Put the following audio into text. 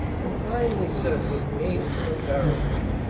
and finally said with painful embarrassment